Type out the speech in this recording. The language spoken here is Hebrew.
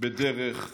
בדרך זו.